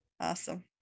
awesome